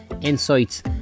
insights